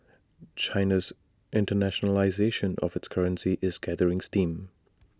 China's internationalisation of its currency is gathering steam